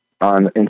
on